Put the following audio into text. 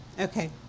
okay